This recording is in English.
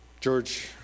george